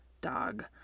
dog